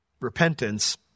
repentance